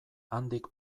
handik